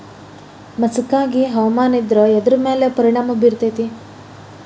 ಮಸಕಾಗಿ ಹವಾಮಾನ ಇದ್ರ ಎದ್ರ ಮೇಲೆ ಪರಿಣಾಮ ಬಿರತೇತಿ?